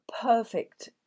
perfect